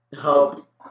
Help